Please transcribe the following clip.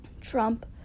Trump